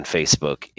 Facebook